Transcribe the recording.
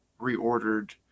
reordered